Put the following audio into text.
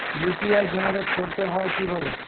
UPI generate করতে হয় কিভাবে?